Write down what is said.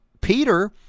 Peter